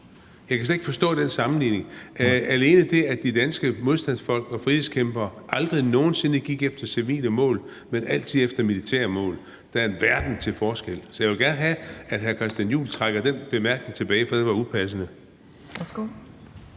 Jeg kan slet ikke forstå den sammenligning. Alene det, at de danske modstandsfolk og frihedskæmpere aldrig nogen sinde gik efter civile mål, men altid efter militære mål, gør, at der er en verden til forskel. Så jeg vil gerne have, at hr. Christian Juhl trækker den bemærkning tilbage, for den var upassende.